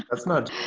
that's not